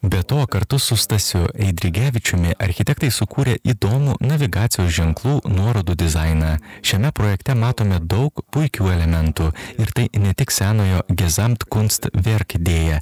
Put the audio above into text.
be to kartu su stasiu eidrigevičiumi architektai sukūrė įdomų navigacijos ženklų nuorodų dizainą šiame projekte matome daug puikių elementų ir tai ne tik senojo gezant konst verk idėja